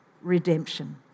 Redemption